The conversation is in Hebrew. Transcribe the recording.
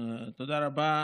תודה רבה.